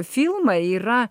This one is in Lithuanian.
filmai yra